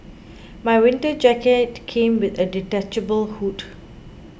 my winter jacket came with a detachable hood